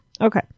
Okay